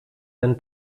ein